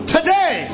Today